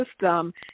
system